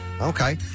Okay